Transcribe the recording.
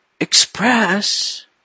Express